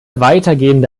weitergehende